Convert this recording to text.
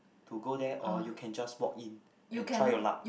to go there or you can just walk in and try your luck